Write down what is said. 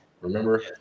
Remember